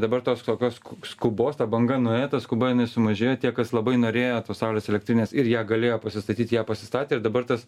dabar tos tokios skubos ta banga nuėjo ta skuba jinai sumažėjo tie kas labai norėjo tos saulės elektrinės ir ją galėjo pasistatyt ją pasistatė ir dabar tas